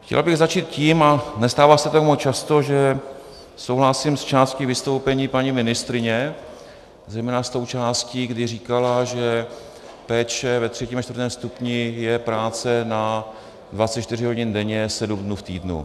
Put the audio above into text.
Chtěl bych začít tím, a nestává se to často, že souhlasím s částí vystoupení paní ministryně, zejména s tou částí, kdy říkala, že péče ve třetím a čtvrtém stupni je práce na 24 hodin denně sedm dní v týdnu.